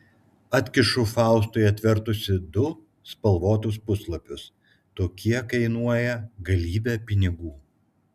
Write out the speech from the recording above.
atkišu faustui atvertusi du spalvotus puslapius tokie kainuoja galybę pinigų